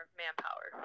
manpower